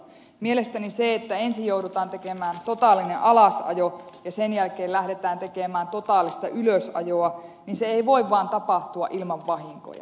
mielestäni se että ensin joudutaan tekemään totaalinen alasajo ja sen jälkeen lähdetään tekemään totaalista ylösajoa ei voi vaan tapahtua ilman vahinkoja